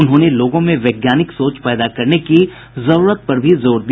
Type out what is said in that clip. उन्होंने लोगों में वैज्ञानिक सोच पैदा करने की जरूरत पर भी जोर दिया